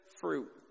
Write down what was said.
fruit